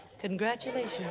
Congratulations